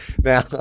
Now